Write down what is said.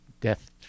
death